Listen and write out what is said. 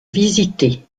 visité